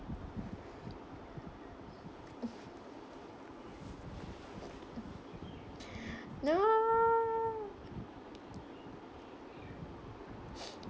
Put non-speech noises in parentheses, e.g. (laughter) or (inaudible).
no (breath)